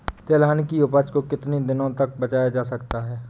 तिलहन की उपज को कितनी दिनों तक बचाया जा सकता है?